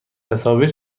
تصاویر